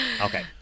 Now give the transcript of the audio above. Okay